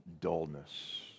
dullness